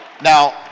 Now